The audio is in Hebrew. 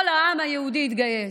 כל העם היהודי התגייס,